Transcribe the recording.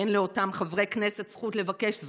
אין לאותם חברי כנסת זכות לבקש זאת.